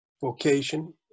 vocation